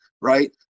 right